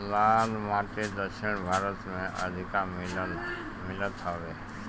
लाल माटी दक्षिण भारत में अधिका मिलत हवे